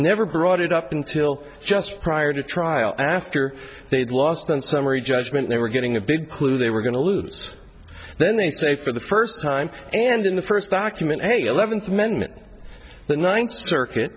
never brought it up until just prior to trial after they'd lost on summary judgment they were getting a big clue they were going to lose then they say for the first time and in the first document a eleventh amendment the ninth circuit